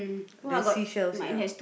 there's seashells yeah